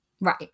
Right